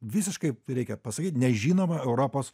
visiškai reikia pasakyt nežinomo europos